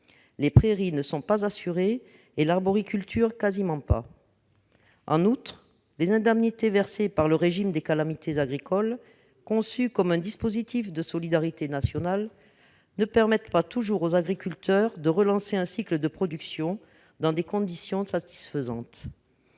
Les prairies ne sont pas assurées ; l'arboriculture ne l'est quasiment pas. En outre, les indemnités versées par le régime des calamités agricoles, conçu comme un dispositif de solidarité nationale, ne permettent pas toujours aux agriculteurs de relancer un cycle de production dans des conditions satisfaisantes.